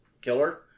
Killer